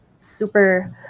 super